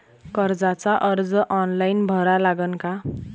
कर्जाचा अर्ज ऑनलाईन भरा लागन का?